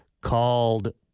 called